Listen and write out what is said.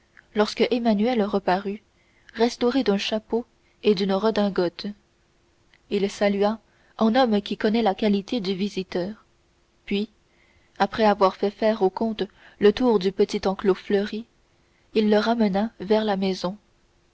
lorsque emmanuel reparut restauré d'un chapeau et d'une redingote il salua en homme qui connaît la qualité du visiteur puis après avoir fait faire au comte le tour du petit enclos fleuri il le ramena vers la maison